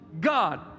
God